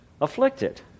afflicted